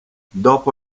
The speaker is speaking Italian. dopo